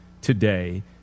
today